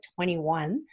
21